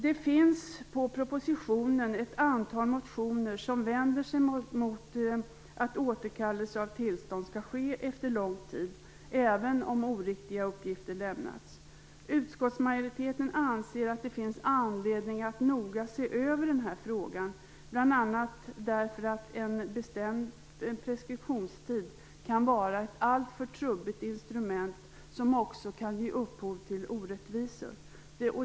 Det har med anledning av propositionen avgetts ett antal motioner som vänder sig mot att återkallelse av tillstånd skall ske efter lång tid även om oriktiga uppgifter lämnats. Utskottsmajoriteten anser att det finns anledning att noga se över den här frågan bl.a. därför att en bestämd preskriptionstid kan vara ett alltför trubbigt instrument som också kan ge upphov till orättvisor.